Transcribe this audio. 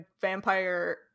vampire